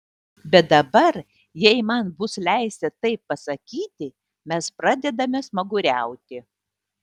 bet dabar jei man bus leista taip pasakyti mes pradedame smaguriauti